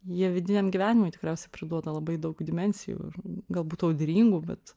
jie vidiniam gyvenimui tikriausia priduoda labai daug dimensijų galbūt audringų bet